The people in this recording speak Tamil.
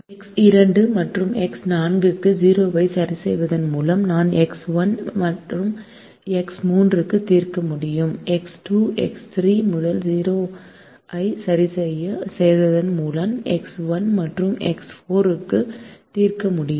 எக்ஸ் 2 மற்றும் எக்ஸ் 4 க்கு 0 ஐ சரிசெய்வதன் மூலம் நான் எக்ஸ் 1 எக்ஸ் 3 க்கு தீர்க்க முடியும் எக்ஸ் 2 எக்ஸ் 3 முதல் 0 ஐ சரிசெய்வதன் மூலம் எக்ஸ் 1 மற்றும் எக்ஸ் 4 க்கு தீர்க்க முடியும்